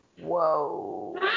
whoa